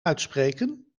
uitspreken